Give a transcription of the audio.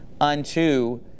unto